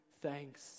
thanks